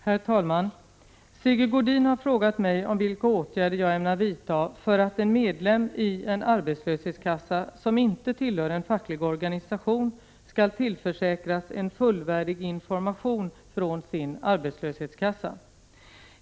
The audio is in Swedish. Herr talman! Sigge Godin har frågat mig vilka åtgärder jag ämnar vidta för att en medlem i en arbetslöshetskassa som inte tillhör en facklig organisation skall tillförsäkras en fullvärdig information från sin arbetslöshetskassa.